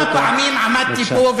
כמה פעמים עמדתי פה,